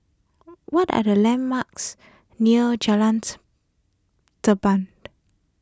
what are the landmarks near Jalan Tampang